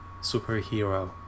superhero